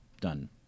done